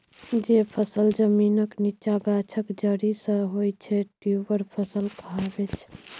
जे फसल जमीनक नीच्चाँ गाछक जरि सँ होइ छै ट्युबर फसल कहाबै छै